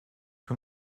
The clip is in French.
que